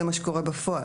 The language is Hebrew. זה מה שקורה בפועל.